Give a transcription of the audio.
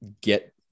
get